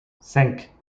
cinq